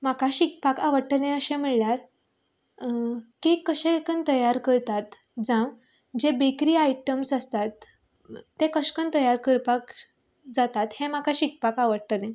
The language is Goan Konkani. म्हाका शिकपाक आवडटलें अशें म्हळ्यार केक कशें करून तयार करतात जांव जे बेकरी आयटमस आसतात तें कशें कन्न तयार करपाक जातात हे म्हाका शिकपाक आवडटलें